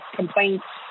complaints